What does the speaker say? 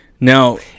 Now